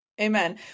Amen